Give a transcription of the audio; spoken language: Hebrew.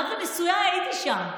עד לנישואיי הייתי שם.